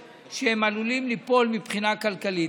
ולא להשאיר אותם בדרך הזאת שהם עלולים ליפול מבחינה כלכלית.